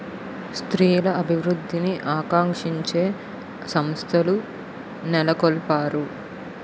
స్త్రీల అభివృద్ధిని ఆకాంక్షించే సంస్థలు నెలకొల్పారు